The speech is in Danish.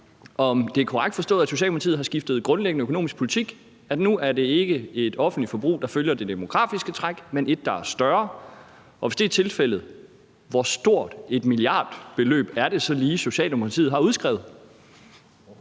om det er korrekt forstået, at Socialdemokratiet grundlæggende har skiftet økonomisk politik, så det nu ikke er et offentligt forbrug, der følger det demografiske træk, men et forbrug, der er større, og hvis det er tilfældet, hvor stort et milliardbeløb er det så lige, Socialdemokratiet har udskrevet?